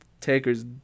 Taker's